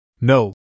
No